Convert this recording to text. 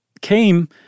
came